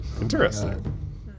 Interesting